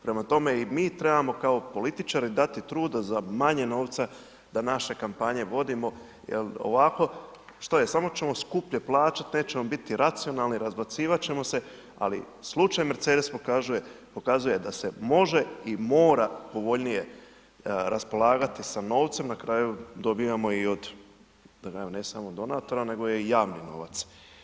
Prema tome i mi trebamo kao političari dati truda za manje novca da naše kampanje vodimo jer ovako što je, samo ćemo skuplje plaćat nećemo biti racionalni, razbacivat ćemo se, ali slučaj mercedes pokazuje da se može i mora povoljnije raspolagati sa novcem, na kraju dobivamo i od ne samo donatora, nego je i javni novac.